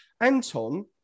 Anton